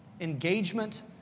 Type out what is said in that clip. Engagement